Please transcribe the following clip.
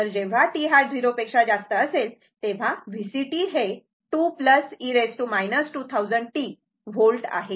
तर जेव्हा t हा 0 पेक्षा जास्त असेल तेव्हा Vct हे 2 e 2000t वोल्ट आहे